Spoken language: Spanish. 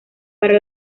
para